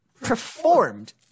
performed